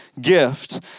gift